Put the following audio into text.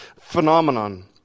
phenomenon